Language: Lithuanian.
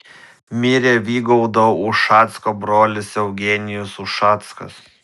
mirė vygaudo ušacko brolis eugenijus ušackas